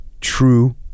true